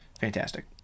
fantastic